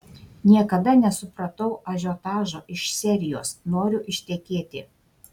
niekada nesupratau ažiotažo iš serijos noriu ištekėti